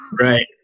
right